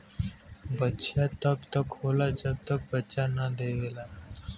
बछिया तब तक होला जब तक बच्चा न देवेला